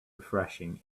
refreshing